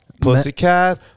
Pussycat